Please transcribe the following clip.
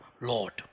Lord